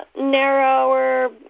narrower